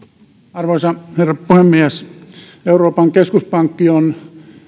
arvoisa herra puhemies euroopan keskuspankki on